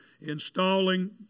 installing